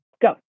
Go